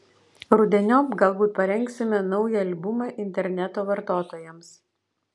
rudeniop galbūt parengsime naują albumą interneto vartotojams